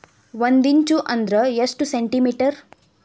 ಒಂದಿಂಚು ಅಂದ್ರ ಎಷ್ಟು ಸೆಂಟಿಮೇಟರ್?